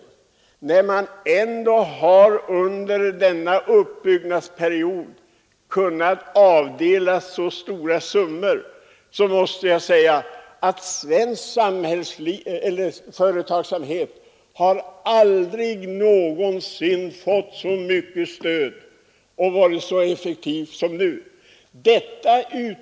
Under denna uppbyggnadsperiod har vi ändå kunnat avdela så stora summor att svensk företagsamhet aldrig någonsin har fått så mycket stöd och varit så effektiv som nu.